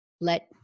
let